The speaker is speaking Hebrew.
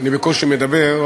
אני בקושי מדבר,